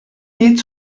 llit